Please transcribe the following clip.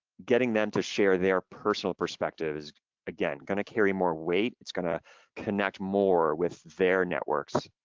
getting them to share their personal perspective is again, gonna carry more weight, it's gonna connect more with their networks,